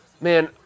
man